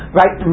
right